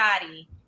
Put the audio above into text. body